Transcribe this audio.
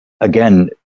Again